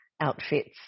outfits